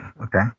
okay